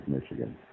Michigan